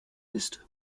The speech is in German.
ist